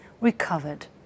recovered